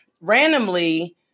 randomly